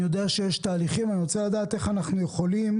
אני יודע שיש תהליכים ואני רוצה לדעת איך אנחנו יכולים